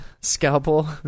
Scalpel